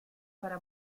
para